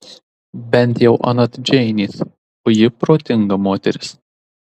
bent jau anot džeinės o ji protinga moteris